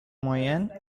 moyennes